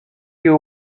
you